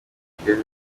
kigali